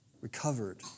recovered